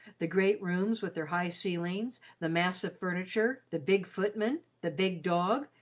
the great rooms, with their high ceilings, the massive furniture, the big footman, the big dog,